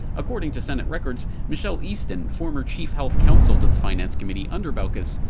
according to senate records michelle easton, former chief health counsel to the finance committee under baucus,